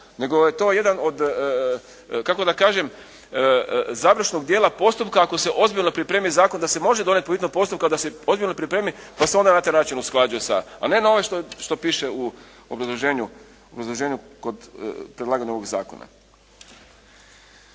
nego je to jedan od kako da kažem završnog dijela postupka ako se ozbiljno pripremi zakon da se može donijeti po hitnom postupku a da se ozbiljno pripremi pa se onda na taj način usklađuje sa, a ne na ovaj što piše u obrazloženju kod predlaganja ovog zakona.